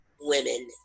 women